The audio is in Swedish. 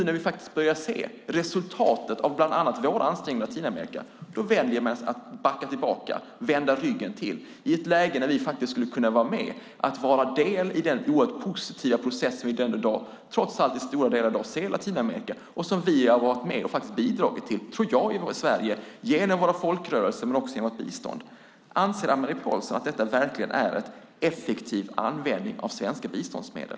När vi nu börjar se resultatet av bland annat våra ansträngningar i Latinamerika väljer man att backa tillbaka, vända ryggen till. Det sker i ett läge när vi skulle kunna vara med och vara en del i den oerhört positiva process i stora delar av hela Latinamerika som vi har varit med och bidragit till i Sverige genom våra folkrörelser och genom vårt bistånd. Anser Anne-Marie Pålsson att detta verkligen är en effektiv användning av svenska biståndsmedel?